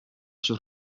sus